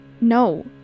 No